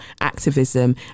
activism